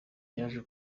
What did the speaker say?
yaje